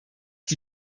die